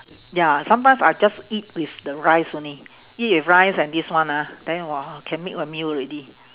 ya sometimes I just eat with the rice only eat with rice and this one ah then !wah! can make a meal already